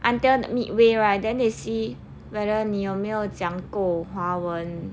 until midway right then they see whether 你有没有讲过华文